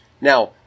Now